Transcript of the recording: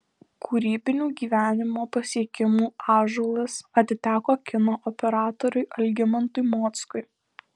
kūrybinių gyvenimo pasiekimų ąžuolas atiteko kino operatoriui algimantui mockui